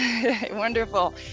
Wonderful